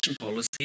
policy